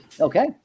Okay